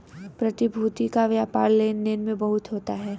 प्रतिभूति का व्यापार लन्दन में बहुत होता है